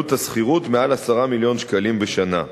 עלות השכירות, יותר מ-10 מיליון שקלים בשנה.